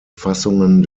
fassungen